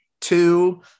two